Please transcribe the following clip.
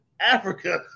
Africa